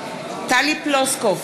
טלי פלוסקוב,